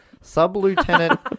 Sub-Lieutenant